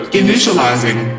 initializing